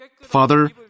Father